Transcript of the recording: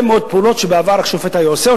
מאוד פעולות שבעבר השופט היה עושה.